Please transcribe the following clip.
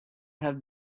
have